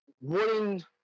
wooden